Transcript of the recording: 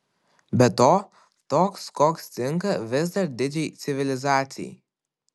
be to toks koks tinka vis dar didžiai civilizacijai